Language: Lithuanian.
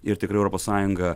ir tikrai europos sąjunga